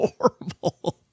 horrible